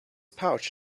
pouch